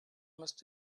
must